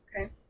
Okay